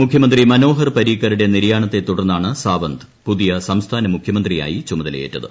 മുഖ്യമന്ത്രി മനോഹർ പരീക്കറുടെ നിര്യാണത്തെ തുടർന്നാണ് സാവന്ത് പുതിയ സംസ്ഥാന മുഖ്യമന്ത്രിയായി ചുമതലയേറ്റത്